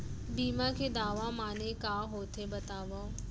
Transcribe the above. बीमा के दावा माने का होथे बतावव?